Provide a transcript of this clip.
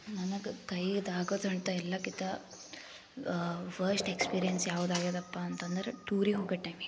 ನನಗೆ ಕೈಯಿದ್ ಆಗೊದಂಥ ಎಲ್ಲಾಕಿಂತ ವಸ್ಟ್ ಎಕ್ಸ್ಪಿರಿಯನ್ಸ್ ಯಾವ್ದು ಆಗಿದ್ಯಪ್ಪ ಅಂತಂದ್ರೆ ಟೂರಿಗೆ ಹೋಗೊ ಟೈಮಿಗೆ